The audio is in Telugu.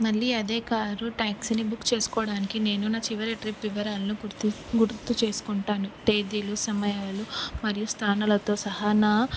మళ్ళీ అదే కారు ట్యాక్సీని బుక్ చేసుకోవడానికి నేను నా చివరి ట్రిప్ వివరాలను గుర్తు గుర్తు చేసుకుంటాను తేదీలు సమయాలు మరియు స్థానాలతో సహన